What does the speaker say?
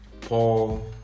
Paul